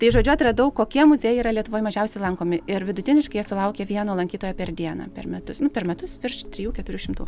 tai žodžiu atradau kokie muziejai yra lietuvoj mažiausiai lankomi ir vidutiniškai sulaukia vieno lankytojo per dieną per metus nu per metus virš trijų keturių šimtų